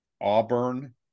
Auburn